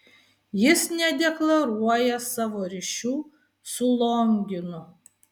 jis nedeklaruoja savo ryšių su longinu